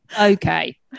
Okay